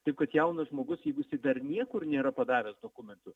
taip kad jaunas žmogus jeigu jisai dar niekur nėra padavęs dokumentų